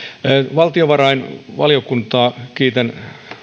valtiovarainvaliokuntaa kiitän